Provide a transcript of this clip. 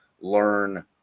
learn